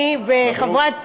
מברוכ.